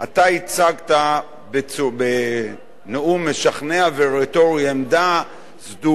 אתה הצגת בנאום משכנע ורטורי עמדה סדורה,